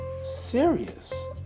serious